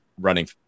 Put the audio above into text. running